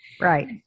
Right